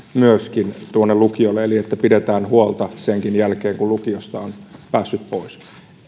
myöskin lukioille eli pidetään huolta senkin jälkeen kun lukiosta on päässyt pois